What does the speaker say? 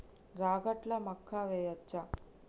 రాగట్ల మక్కా వెయ్యచ్చా?